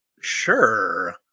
Sure